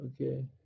okay